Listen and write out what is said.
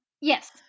yes